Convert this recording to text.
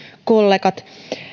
kollegat